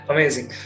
Amazing